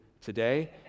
today